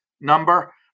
number